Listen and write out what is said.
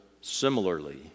similarly